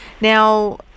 Now